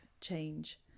change